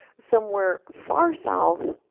somewhere far south